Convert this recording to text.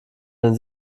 den